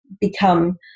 become